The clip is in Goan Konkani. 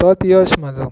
तोच यश म्हाजो